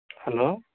hello